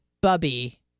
Bubby